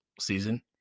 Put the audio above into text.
season